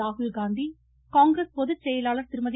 ராகுல் காந்தி காங்கிரஸ் பொதுச்செயலாளர் திருமதி